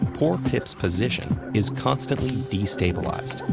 poor pip's position is constantly destabilized,